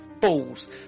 Balls